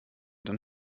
dann